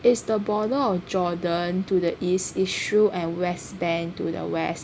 is the border of Jordan to the east Israel and west band to the west